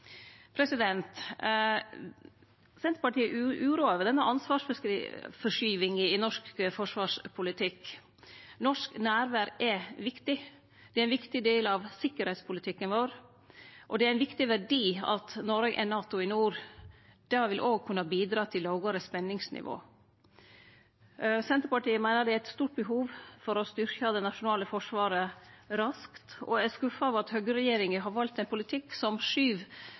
Senterpartiet er uroa over denne ansvarsforskyvinga i norsk forsvarspolitikk. Norsk nærvær er viktig. Det er ein viktig del av sikkerheitspolitikken vår, og det er ein viktig verdi at Noreg er NATO i nord. Det vil også kunne bidra til lågare spenningsnivå. Senterpartiet meiner det er eit stort behov for å styrkje det nasjonale forsvaret raskt, og er skuffa over at høgreregjeringa har valt ein politikk som skyv